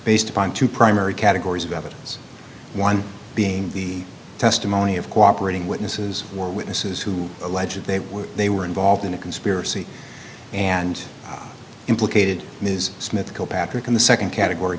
based upon two primary categories of evidence one being the testimony of cooperating witnesses or witnesses who alleges they were they were involved in a conspiracy and implicated ms smith kilpatrick in the nd category